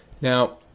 Now